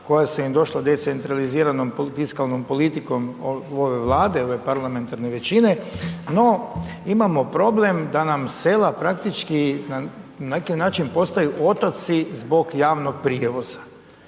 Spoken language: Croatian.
koja su im došla decentraliziranom fiskalnom politikom, ove vlade, ove parlamentarne većine. No imamo problem, da nam sela, praktički na neki način postaju otoci zbog javnog prijevoza.